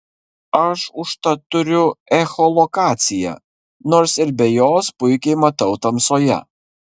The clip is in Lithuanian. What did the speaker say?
aš užtat turiu echolokaciją nors ir be jos puikiai matau tamsoje